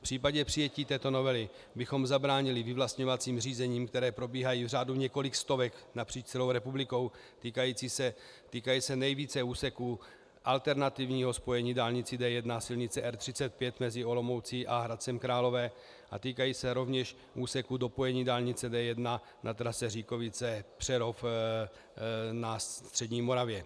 V případě přijetí této novely bychom zabránili vyvlastňovacím řízením, která probíhají v řádu několika stovek napříč celou republikou, týkají se nejvíce úseků alternativního spojení dálnice D1 a silnice R35 mezi Olomoucí a Hradcem Králové a týkají se rovněž úseku dopojení dálnice D1 na trase ŘíkovicePřerov na střední Moravě.